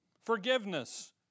forgiveness